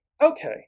okay